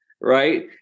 right